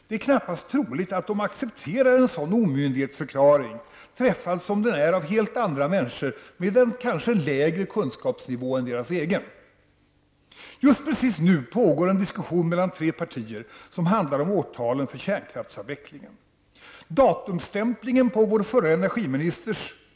Det är knappast troligt att de accepterar en sådan omyndighetsförklaring, som är träffad av helt andra människor, med en kanske lägre kunskapsnivå än deras egen. Just nu pågår en diskussion mellan tre partier som handlar om årtalen för kärnkraftsavvecklingen.